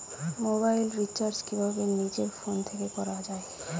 Mobile recharge কিভাবে নিজের phone থেকে করা য়ায়?